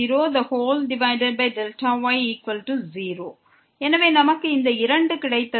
fy00f0y f00y 0 எனவே நமக்கு இந்த இரண்டு கிடைத்தது